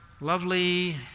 lovely